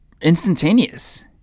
instantaneous